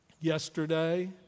Yesterday